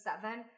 seven